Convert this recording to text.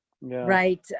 Right